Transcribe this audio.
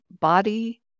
body